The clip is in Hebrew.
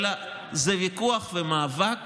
אלא זה ויכוח ומאבק